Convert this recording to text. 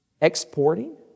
exporting